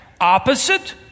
opposite